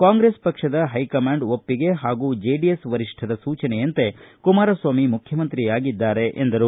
ಕಾಂಗ್ರೆಸ್ ಪಕ್ಷದ ಹೈಕಮಾಂಡ್ ಒಪ್ಪಿಗೆ ಹಾಗೂ ಜೆಡಿಎಸ್ ವರಿಷ್ಠರ ಸೂಚನೆಯಂತೆ ಕುಮಾರಸ್ವಾಮಿ ಮುಖ್ಯಮಂತ್ರಿ ಆಗಿದ್ದಾರೆ ಎಂದರು